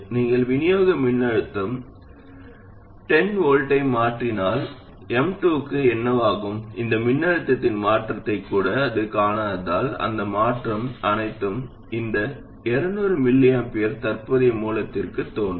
நீங்கள் விநியோக மின்னழுத்தம் பத்து V ஐ மாற்றினால் M2 க்கு என்ன ஆகும் அந்த மின்னழுத்தத்தின் மாற்றத்தைக் கூட அது காணாததால் அந்த மாற்றம் அனைத்தும் இந்த 200 µA தற்போதைய மூலத்தில் தோன்றும்